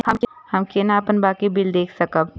हम केना अपन बाँकी बिल देख सकब?